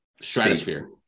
stratosphere